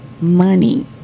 money